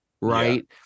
Right